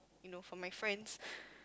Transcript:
you know for my friends